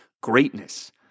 greatness